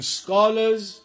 scholars